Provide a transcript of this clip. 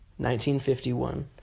1951